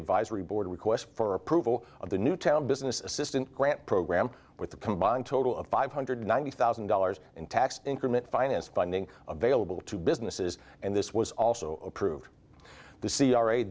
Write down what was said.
advisory board requests for approval of the new town business assistant grant program with a combined total of five hundred ninety thousand dollars in tax increment finance funding available to businesses and this was also approved the c r a